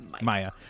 Maya